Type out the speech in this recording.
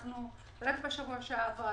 רק בשבוע שעבר